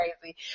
crazy